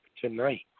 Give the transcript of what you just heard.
Tonight